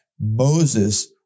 Moses